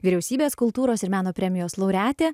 vyriausybės kultūros ir meno premijos laureatė